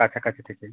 কাছাকাছি থেকে